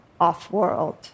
off-world